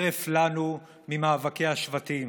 הרף לנו ממאבקי השבטים.